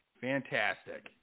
fantastic